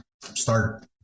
start